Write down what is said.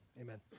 Amen